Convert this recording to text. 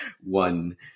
one